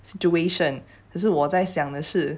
situation 可是我在想的事